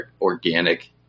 organic